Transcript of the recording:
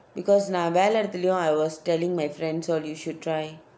because நான் வேலை இடத்திலையும்:naan velai idathilayum I was telling my friends all you should try